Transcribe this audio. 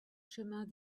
chemin